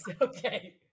Okay